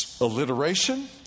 alliteration